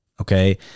Okay